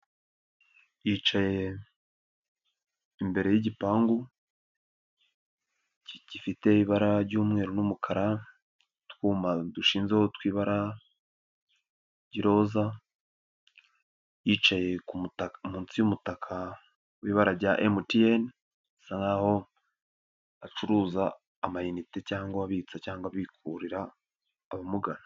Yicaye imbere y'igipangu kigifite ibara ry'umweru n'umukara, utwuma dushinzeho tw'ibara ry'iroza, yicaye munsi y'umutaka w'ibara rya MTN, bisa nkaho acuruza ama inite, cyangwa abitsa cyangwa bikururira abamugana.